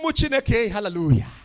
Hallelujah